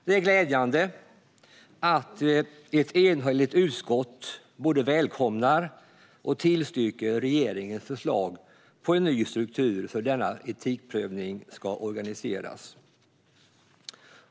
Det är glädjande att ett enhälligt utskott både välkomnar och tillstyrker regeringens förslag på en ny struktur för hur denna etikprövning ska organiseras.